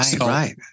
Right